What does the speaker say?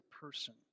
person